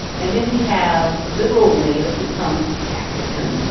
and then we have liberal mayors who come after him,